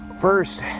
First